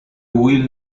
will